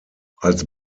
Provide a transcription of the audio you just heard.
als